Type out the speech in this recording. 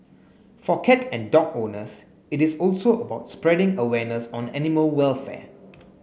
for cat and dog owners it is also about spreading awareness on animal welfare